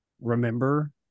remember